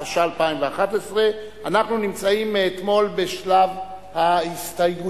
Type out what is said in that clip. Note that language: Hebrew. התשע"א 2011. אנחנו נמצאים מאתמול בשלב ההסתייגויות,